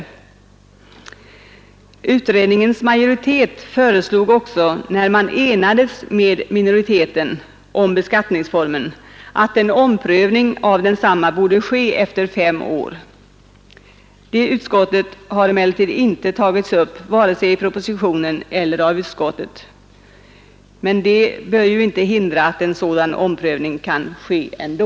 När utredningens majoritet enades med minoriteten om beskattningsformen föreslog den också att en omprövning av densamma skulle ske efter fem år. Det förslaget har emellertid inte tagits upp vare sig i propositionen eller av utskottet, vilket ju inte bör hindra att en sådan omprövning kan ske ändå.